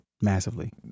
Massively